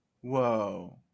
Whoa